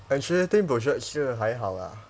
actually team project still 还好啦